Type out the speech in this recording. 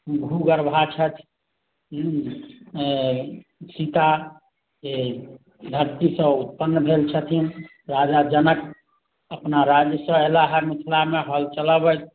भुगर्भा छथि हूँ आओर सीताकेँ धरतीसँ उत्पन्न भेल छथिन राजा जनक अपना राज्यसँ एलाहँ मिथिलामे हल चलबैत